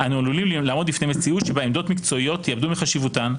אנו עלולים לעמוד בפני מציאות שבה עמדות מקצועיות יאבדו מחשיבותן,